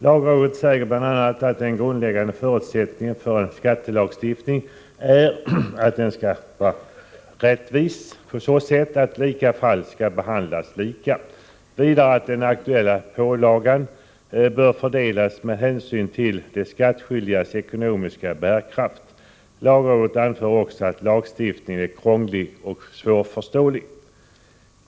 Lagrådet säger bl.a. att den grundläggande förutsättningen för en skattelagstiftning är att denna skall vara rättvis på så sätt att lika fall skall behandlas lika. Vidare gäller att den aktuella pålagan bör fördelas med hänsyn till de skattskyldigas ekonomiska bärkraft. Lagrådet anför också att lagstiftningen är krånglig och svårförståelig.